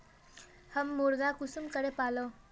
हम मुर्गा कुंसम करे पालव?